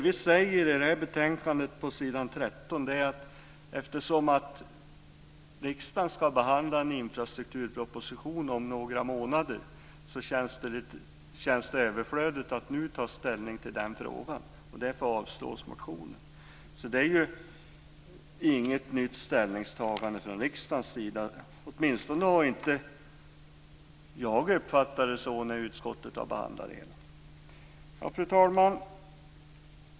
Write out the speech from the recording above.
I betänkandet säger vi på s. 13 att eftersom riksdagen ska behandla en infrastrukturproposition om några månader känns det överflödigt att nu ta ställning till frågan. Därför avslås motionen. Det är ju inget nytt ställningstagande från riksdagens sida. Jag har åtminstone inte uppfattat det så när utskottet har behandlat frågan. Fru talman!